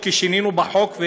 כי שינינו בחוק,